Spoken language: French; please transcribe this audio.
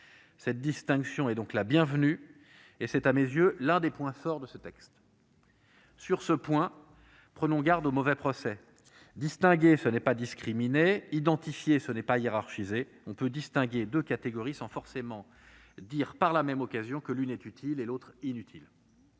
Cette distinction est donc la bienvenue, et c'est à mes yeux l'un des points forts de ce texte. Sur ce point, prenons garde de ne pas faire de mauvais procès. Distinguer, ce n'est pas discriminer. Identifier, ce n'est pas hiérarchiser. On peut distinguer deux catégories sans forcément considérer par la même occasion que l'une est utile, et l'autre non.